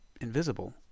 invisible